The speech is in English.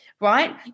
right